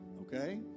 okay